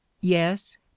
yes